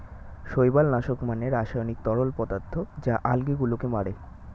শৈবাল নাশক মানে রাসায়নিক তরল পদার্থ যা আলগী গুলোকে মারে